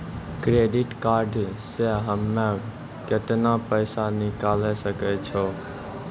Credit card से हम्मे केतना पैसा निकाले सकै छौ?